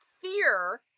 fear